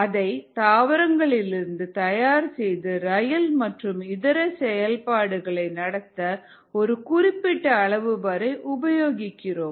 அதை தாவரங்களிலிருந்து தயார் செய்து ரயில் மற்றும் இதர செயல்பாடுகளை நடத்த ஒரு குறிப்பிட்ட அளவு வரை உபயோகிக்கிறோம்